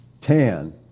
tan